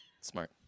Smart